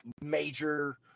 major